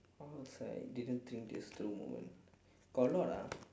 what was I didn't think this through moment got a lot lah